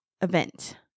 event